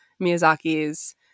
Miyazaki's